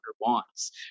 wants